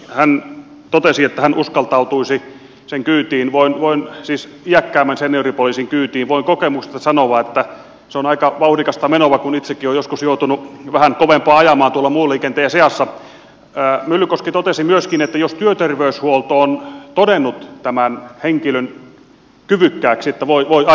hän totesi että hän uskaltautuisi iäkkäämmän senioripoliisin kyytiin voin kokemuksesta sanoa että se on aika vauhdikasta menoa kun itsekin olen joskus joutunut vähän kovempaa ajamaan tuolla muun liikenteen seassa jos työterveyshuolto on todennut tämän henkilön kyvykkääksi että voi ajaa